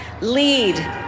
lead